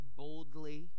boldly